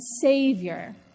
Savior